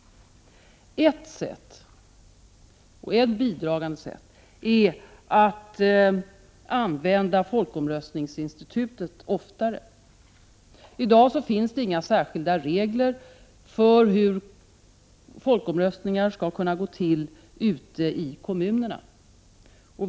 Något som skulle bidra till detta är att använda folkomröstningsinstitutet oftare. I dag finns det inga särskilda regler för hur folkomröstningar skall kunna gå till ute i kommunerna.